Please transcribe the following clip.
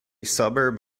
suburb